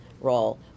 role